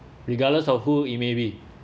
regardless of who it may be